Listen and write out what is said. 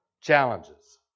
challenges